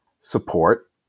support